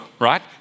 right